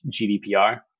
GDPR